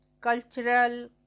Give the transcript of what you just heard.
cultural